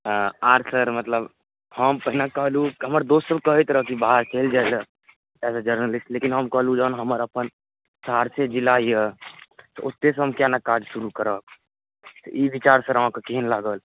आर sir मतलब हम पहिने कहलहुँ कि हमर दोस्त सब कहैत रहए कि बाहर चलि जाए लए जर्नलिस्ट लेकिन हम कहलहुँ जहन हमर अपन सहरसे जिला यऽ तऽ ओतऽ सँ हम किआ नहि काज शुरू करब ई विचार सर अहाँकेँ केहन लागल